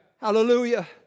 Hallelujah